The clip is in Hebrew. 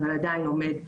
אבל עדיין עומד ביעד,